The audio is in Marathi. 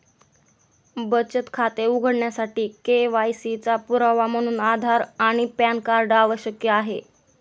बचत खाते उघडण्यासाठी के.वाय.सी चा पुरावा म्हणून आधार आणि पॅन कार्ड आवश्यक आहे